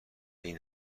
این